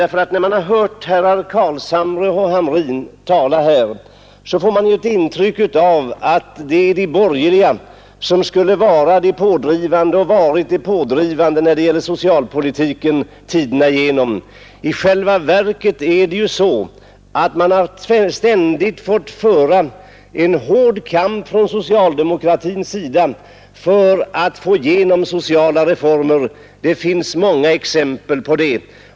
När man har hört herrar Carlshamre och Hamrin tala får man nämligen ett intryck av att det är de borgerliga som skulle vara och tiderna igenom skulle ha varit de pådrivande när det gäller socialpolitiken. I själva verket är det så att man från socialdemokratins sida ständigt fått föra en hård kamp för att få igenom sociala reformer — det finns många exempel på det.